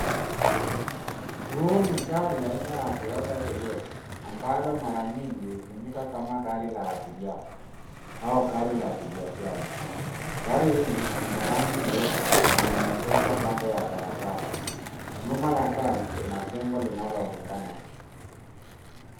Huu ni gari aina ya Toyota Hiace ambalo mara nyingi hutumika kama gari la abiria au gari la kibiashara. Gari hili lina rangi nyeupe na limeegeshwa kando ya barabara. Nyuma ya gari kuna jengo linaloonekana.